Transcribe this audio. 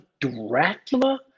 Dracula